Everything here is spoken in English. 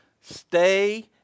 stay